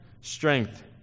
strength